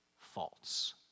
false